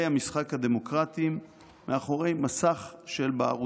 המשחק הדמוקרטיים 'מאחורי מסך של בערות',